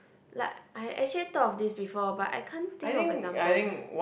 like I actually thought of this before but I can't think of examples